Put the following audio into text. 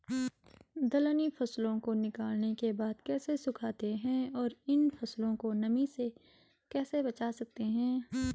दलहनी फसलों को निकालने के बाद कैसे सुखाते हैं और इन फसलों को नमी से कैसे बचा सकते हैं?